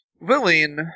willing